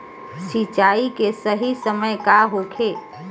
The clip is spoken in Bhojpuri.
सिंचाई के सही समय का होखे?